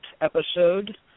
episode